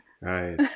right